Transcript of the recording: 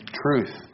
truth